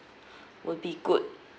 would be good